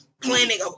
planning